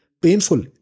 painful